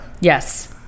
Yes